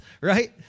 right